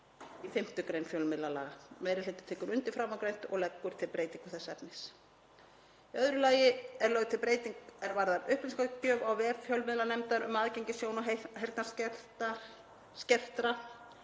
í 5. gr. fjölmiðlalaga. Meiri hlutinn tekur undir framangreint og leggur til breytingu þess efnis. Í öðru lagi er lögð til breyting er varðar upplýsingagjöf á vef fjölmiðlanefndar um aðgengi sjón- og heyrnarskertra.